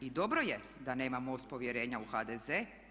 I dobro je da nema MOST povjerenja u HDZ.